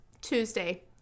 Tuesday